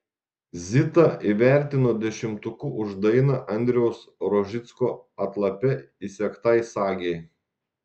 zitą įvertino dešimtuku už dainą andriaus rožicko atlape įsegtai sagei